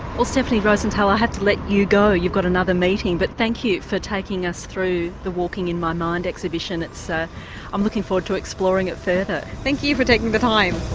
well, stephanie rosenthal, i'll have to let you go, you've got another meeting, but thank you for taking us through the walking in my mind exhibition ah i'm looking forward to exploring it further. thank you for taking the time.